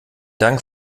dank